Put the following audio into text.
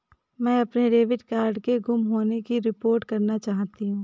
मैं अपने debit card के गुम होने की रिपोर्ट करना चाहती हूँ